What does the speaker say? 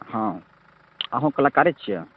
हँ अहूँ कलाकारे छियै